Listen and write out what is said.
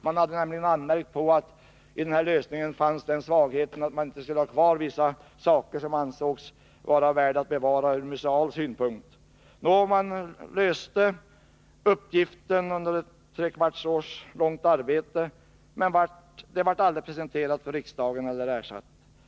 Man hade nämligen anmärkt på att i den här lösningen fanns svagheten att saker som ansågs vara värda att bevara ur museal synpunkt inte skulle få vara kvar. Man arbetade med detta under tre kvarts år och löste också uppgiften. Resultatet presenterades emellertid aldrig för riksdagen, och det kom heller aldrig ett förslag som motsvarade denna lösning.